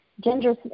Ginger